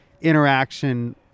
interaction